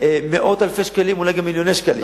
מאות אלפי שקלים, אולי מיליוני שקלים.